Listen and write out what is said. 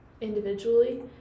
individually